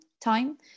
time